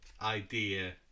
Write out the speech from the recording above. idea